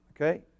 Okay